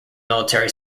military